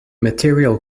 material